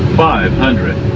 five hundred